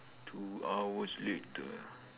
two hours later